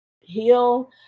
heal